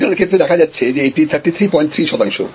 ওয়াশিংটনের ক্ষেত্রে দেখা যাচ্ছে এটি 333 শতাংশ